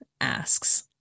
asks